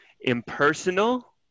impersonal